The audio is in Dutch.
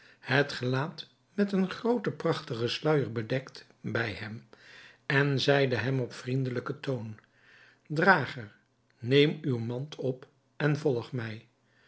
het gelaat met eenen grooten prachtigen sluijer bedekt bij hem en zeide hem op vriendelijken toon drager neem uwe mand op en volg mij